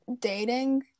dating